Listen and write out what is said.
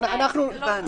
הלאה.